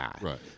Right